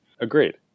Agreed